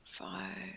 Five